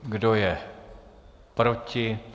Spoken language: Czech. Kdo je proti?